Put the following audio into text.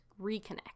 reconnect